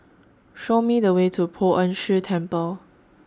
Show Me The Way to Poh Ern Shih Temple